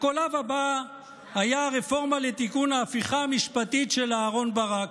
הקולב הבא היה הרפורמה לתיקון ההפיכה המשפטית של אהרן ברק,